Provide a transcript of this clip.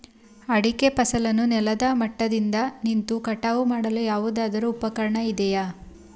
ಅಡಿಕೆ ಫಸಲನ್ನು ನೆಲದ ಮಟ್ಟದಿಂದ ನಿಂತು ಕಟಾವು ಮಾಡಲು ಯಾವುದಾದರು ಉಪಕರಣ ಇದೆಯಾ?